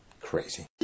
Crazy